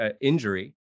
injury